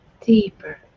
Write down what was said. deeper